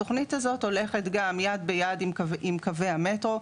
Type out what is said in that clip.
התוכנית הזאת הולכת גם יד ביד עם קווי המטרו.